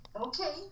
Okay